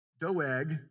Doeg